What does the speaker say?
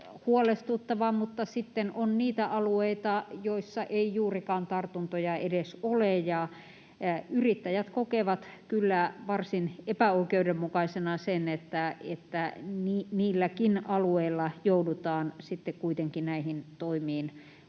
huolestuttava, mutta sitten on niitä alueita, joissa ei juurikaan tartuntoja edes ole, ja yrittäjät kokevat kyllä varsin epäoikeudenmukaisena sen, että niilläkin alueilla joudutaan sitten kuitenkin näihin toimiin